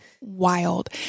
wild